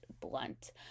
blunt